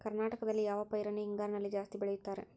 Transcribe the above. ಕರ್ನಾಟಕದಲ್ಲಿ ಯಾವ ಪೈರನ್ನು ಹಿಂಗಾರಿನಲ್ಲಿ ಜಾಸ್ತಿ ಬೆಳೆಯುತ್ತಾರೆ?